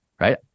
right